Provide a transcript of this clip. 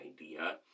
idea